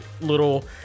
little